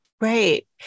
Right